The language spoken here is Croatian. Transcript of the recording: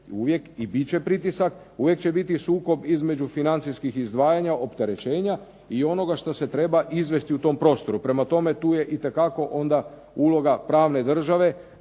uvijek i bit će pritisak, uvijek će biti sukob između financijskih izdvajanja, opterećenja i onoga što se treba izvesti u tom prostoru. Prema tome, tu je itekako onda uloga pravne države